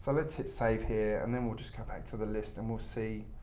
so let's hit save here and then we'll just come back to the list and we'll see